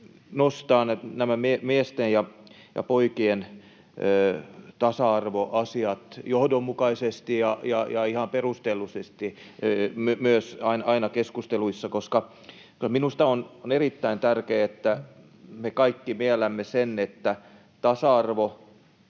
nostaa miesten ja poikien tasa-arvoasiat johdonmukaisesti ja myös ihan perustellusti aina keskusteluissa, koska kyllä minusta on erittäin tärkeää, että me kaikki miellämme sen, että tasa-arvoasiat